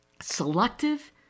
Selective